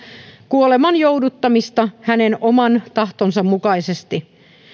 kuoleman jouduttamista hänen oman tahtonsa mukaisesti